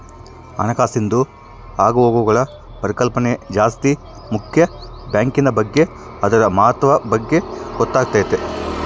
ಹಣಕಾಸಿಂದು ಆಗುಹೋಗ್ಗುಳ ಪರಿಕಲ್ಪನೆ ಜಾಸ್ತಿ ಮುಕ್ಯ ಬ್ಯಾಂಕಿನ್ ಬಗ್ಗೆ ಅದುರ ಮಹತ್ವದ ಬಗ್ಗೆ ಗೊತ್ತಾತತೆ